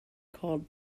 called